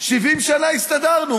70 שנה הסתדרנו.